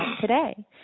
today